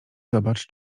zobacz